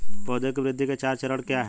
पौधे की वृद्धि के चार चरण क्या हैं?